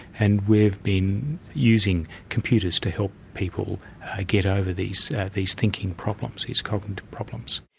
and we've been using computers to help people get over these these thinking problems, these cognitive problems.